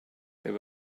there